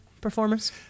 performers